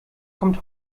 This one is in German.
kommt